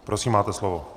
Prosím, máte slovo.